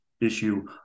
issue